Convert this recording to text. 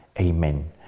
Amen